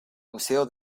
museo